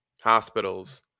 hospitals